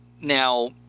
Now